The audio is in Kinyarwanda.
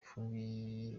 yafunguye